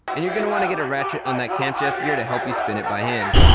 and you're going to want to get a ratchet on that camshaft gear to help you spin it by hand.